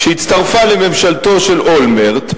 כשהצטרפה לממשלתו של אולמרט,